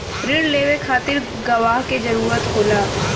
रिण लेवे के खातिर गवाह के जरूरत होला